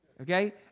Okay